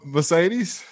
Mercedes